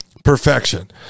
perfection